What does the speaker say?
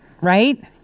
right